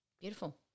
Beautiful